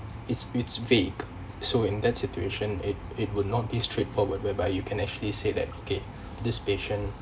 it's it's vague so in that situation it it would not be straightforward whereby you can actually say that okay this patient